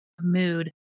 mood